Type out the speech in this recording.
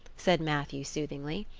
said matthew soothingly.